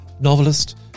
novelist